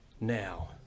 now